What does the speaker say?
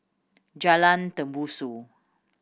Jalan Tembusu